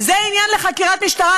זה עניין לחקירת משטרה,